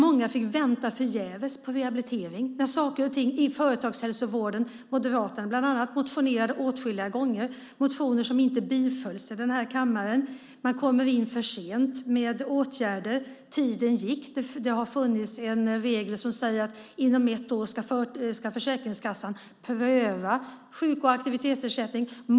Många fick vänta förgäves på rehabilitering. Moderaterna bland annat motionerade åtskilliga gånger om företagshälsovården, motioner som inte bifölls i den här kammaren. Man kom in för sent med åtgärder. Tiden gick. Det har funnits en regel som säger att inom ett år ska Försäkringskassan pröva sjuk och aktivitetsersättning.